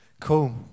Cool